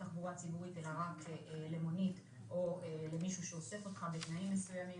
לתחבורה ציבורית אלא רק למונית או למישהו שאוסף אותך בתנאים מסוימים,